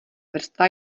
vrstva